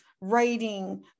writing